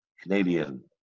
Canadian